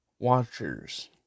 Watchers